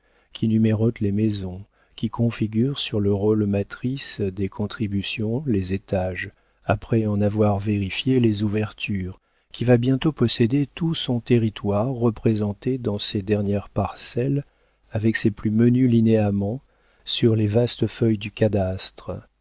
distribuent qui numérote les maisons qui configure sur le rôle matrice des contributions les étages après en avoir vérifié les ouvertures qui va bientôt posséder tout son territoire représenté dans ses dernières parcelles avec ses plus menus linéaments sur les vastes feuilles du